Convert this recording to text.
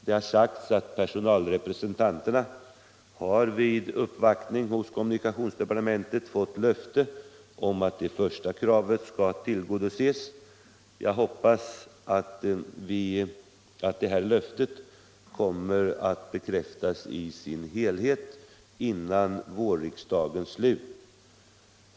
Det har sagts att personalrepresentanterna vid uppvaktning hos kommunikationsdepartementet har fått löfte om att det första kravet skall tillgodoses. Jag hoppas att det löftet kommer att bekräftas i sin helhet innan riksmötet är slut.